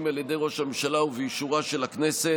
על ידי ראש הממשלה ובאישורה של הכנסת